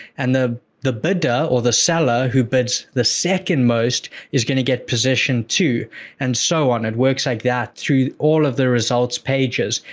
and the the bidder or the seller who bids the second most is going to get positioned two and so on. it works like that through all of their results pages,